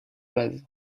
vase